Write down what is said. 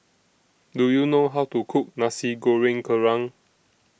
Do YOU know How to Cook Nasi Goreng Kerang